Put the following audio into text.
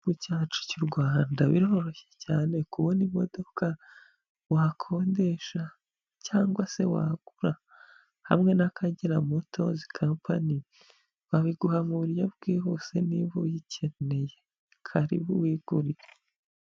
Igihugu cyacu cy'u Rwanda biroroshye cyane kubona imodoka wakodesha cyangwa se wagura, hamwe na Akagera Motos Campany, babiguha mu buryo bwihuse niba uyikeneye, karibu wigurire.